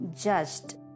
judged